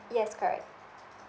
yes correct